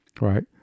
right